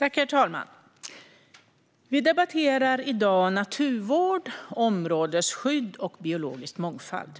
Herr talman! Vi debatterar i dag naturvård, områdesskydd och biologisk mångfald.